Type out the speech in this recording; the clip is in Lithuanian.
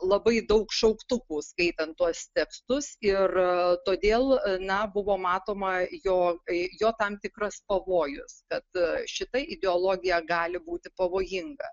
labai daug šauktukų skaitant tuos tekstus ir todėl na buvo matoma jo i jo tam tikras pavojus kad šita ideologija gali būti pavojinga